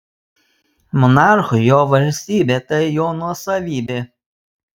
monarchui jo valstybė tai jo nuosavybė